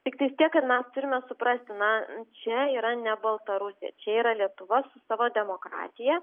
tiktais tiek kad mes turime suprasti čia yra ne baltarusija čia yra lietuva su savo demokratija